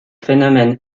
phénomène